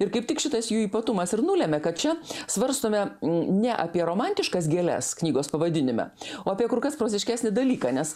ir kaip tik šitas jų ypatumas ir nulemia kad čia svarstome ne apie romantiškas gėles knygos pavadinime o apie kur kas proziškesnį dalyką nes